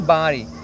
body